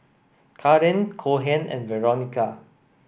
Kaaren Cohen and Veronica